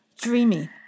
dreamy